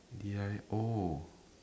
did I oh